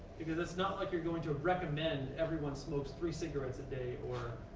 because it's not like you're going to recommend everyone smokes three cigarettes a day or,